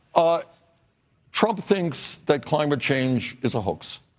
ah trump thinks that climate change is a hoax.